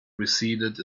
receded